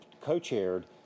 co-chaired